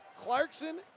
Clarkson